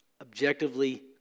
objectively